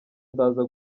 ndaza